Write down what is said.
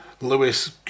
Lewis